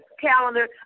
calendar